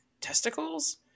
testicles